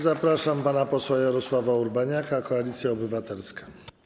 Zapraszam pana posła Jarosława Urbaniaka, Koalicja Obywatelska.